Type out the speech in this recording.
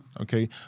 Okay